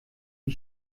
die